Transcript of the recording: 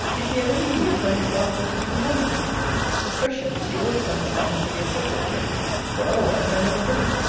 if he had any news by his last letters from london a question which he always understands to be a subject changer for otherwise i never put it.